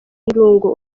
ibirungo